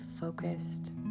focused